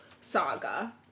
saga